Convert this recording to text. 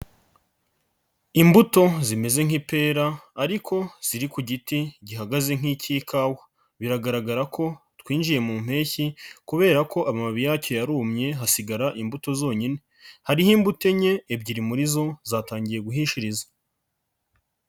Imbuto zimeze nk'ipera ariko ziri ku giti gihagaze nk'iy'ikawa biragaragara ko twinjiye mu mpeshyi kubera ko amababi yaki yarumye hasigara imbuto zonyine, hariho imbuto enye, ebyiri muri zo zatangiye guhishiriza.